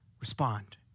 Respond